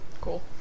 Cool